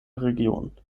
region